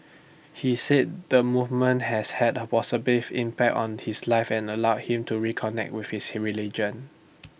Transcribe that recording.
he said the movement has had A positive impact on his life and allow him to reconnect with his religion